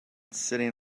sitting